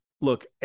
look